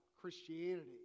Christianity